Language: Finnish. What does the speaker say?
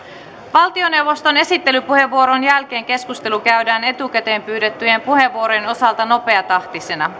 valtioneuvoston esittelypuheenvuoron jälkeen keskustelu käydään etukäteen pyydettyjen puheenvuorojen osalta nopeatahtisena